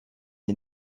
ihr